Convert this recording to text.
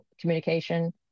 communication